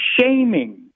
shaming